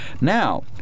Now